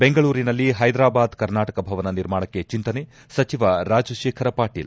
ಬೆಂಗಳೂರಿನಲ್ಲಿ ಹೈದಾರಾಬಾದ್ ಕರ್ನಾಟಕ ಭವನ ನಿರ್ಮಾಣಕ್ಕೆ ಚಿಂತನೆ ಸಚಿವ ರಾಜಶೇಖರ ಪಾಟೀಲ್